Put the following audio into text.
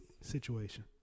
situation